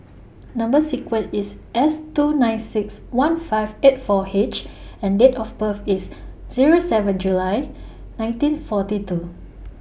Number sequence IS S two nine six one five eight four H and Date of birth IS Zero seven July nineteen forty two